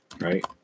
right